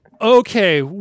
Okay